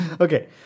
okay